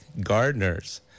gardeners